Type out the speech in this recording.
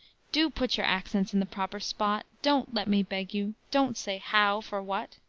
do put your accents in the proper spot don't, let me beg you, don't say how? for what?